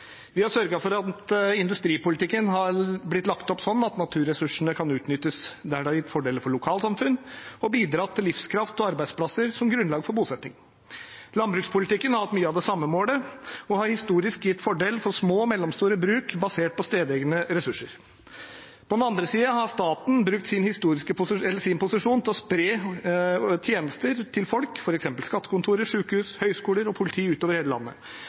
Vi har sørget for at industripolitikken har blitt lagt opp sånn at naturressursene kan utnyttes der det har gitt fordeler for lokalsamfunn og bidratt til livskraft og arbeidsplasser som grunnlag for bosetting. Landbrukspolitikken har hatt mye av det samme målet og historisk gitt fordel for små og mellomstore bruk basert på stedegne ressurser. På den andre siden har staten brukt sin posisjon til å spre tjenester til folk, f.eks. skattekontor, sjukehus, høyskoler og politi, utover